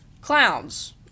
clowns